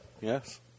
Yes